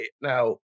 Now